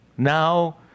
Now